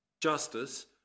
Justice